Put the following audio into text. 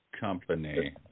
company